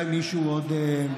יפתיע.